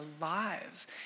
lives